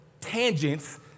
tangents